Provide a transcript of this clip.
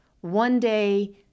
one-day